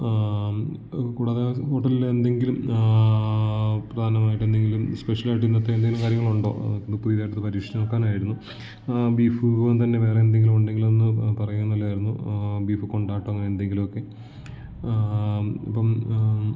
കൂടാതെ ആ ഹോട്ടലിൽ എന്തെങ്കിലും പ്രധാനമായിട്ട് എന്തെങ്കിലും സ്പെഷ്യലായിട്ട് ഇന്നത്തെ എന്തെങ്കിലും കാര്യങ്ങളുണ്ടോ പുതിയതായിട്ടൊന്ന് പരീക്ഷിച്ചു നോക്കാനായിരുന്നു ബീഫ് വിഭവം തന്നെ വേറെ എന്തെങ്കിലുമുണ്ടെങ്കില് ഒന്ന് പറഞ്ഞാൽ നല്ലതായിരുന്നു ബീഫ് കൊണ്ടാട്ടം അങ്ങനെന്തെങ്കിലൊക്കെ ഇപ്പം